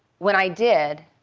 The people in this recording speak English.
when i did,